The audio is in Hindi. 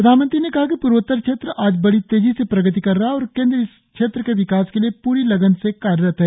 प्रधानमंत्री ने कहा कि प्रर्वोत्तर क्षेत्र आज बड़ी तेजी से प्रगति कर रहा है और केन्द्र इस क्षेत्र के विकास के लिए प्ररी लगन से कार्यरत है